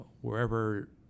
wherever